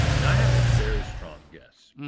and i have a very strong guess.